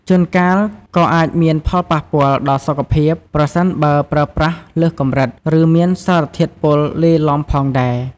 ជួនកាលក៏អាចមានផលប៉ះពាល់ដល់សុខភាព ប្រសិនបើប្រើប្រាស់លើសកម្រិត ឬមានសារធាតុពុលលាយឡំផងដែរ។